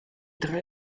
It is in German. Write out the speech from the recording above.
drei